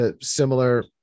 similar